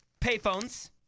payphones